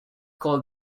called